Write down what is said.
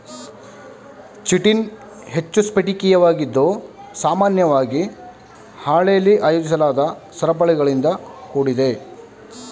chitin ಹೆಚ್ಚು ಸ್ಫಟಿಕೀಯವಾಗಿದ್ದು ಸಾಮಾನ್ಯವಾಗಿ ಹಾಳೆಲಿ ಆಯೋಜಿಸಲಾದ ಸರಪಳಿಗಳಿಂದ ಕೂಡಿದೆ